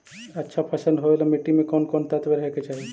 अच्छा फसल होबे ल मट्टी में कोन कोन तत्त्व रहे के चाही?